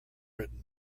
written